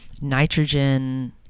nitrogen